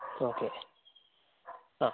okay ആ